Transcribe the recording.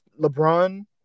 LeBron